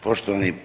Poštovani.